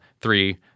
three